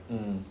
mm